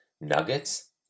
nuggets